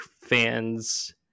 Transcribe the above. fans